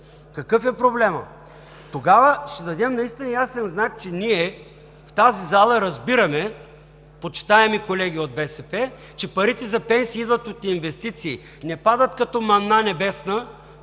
Какъв е проблемът? Тогава ще дадем наистина ясен знак, че ние в тази зала разбираме, почитаеми колеги от БСП, че парите за пенсии идват от инвестиции, не падат като манна небесна,